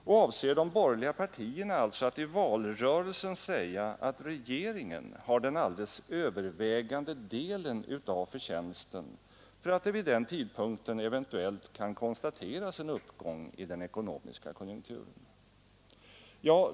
Och avser de borgerliga partierna alltså att i valrörelsen säga att regeringen har den alldeles övervägande delen av förtjänsten för att det vid den tidpunkten eventuellt kan konstateras en uppgång i den ekonomiska konjunkturen?